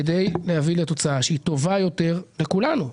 כדי להביא לתוצאה שהיא טובה יותר לכולנו.